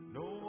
no